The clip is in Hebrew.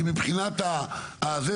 שמבחינת הזה,